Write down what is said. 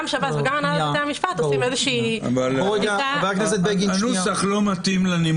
גם שב"ס וגם הנהלת בתי המשפט עושים --- הנוסח לא מתאים לנימוקים.